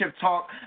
Talk